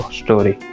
story